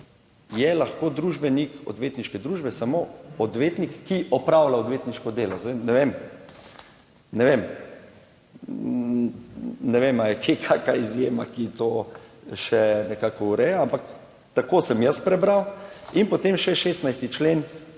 je lahko družbenik odvetniške družbe samo odvetnik, ki opravlja odvetniško delo. Zdaj ne vem. Ne vem. Ne vem, ali je kje kakšna izjema, ki to še nekako ureja, ampak tako sem jaz prebral. In potem še 16. člen